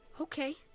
Okay